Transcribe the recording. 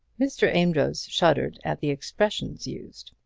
mr. amedroz shuddered at the expressions used.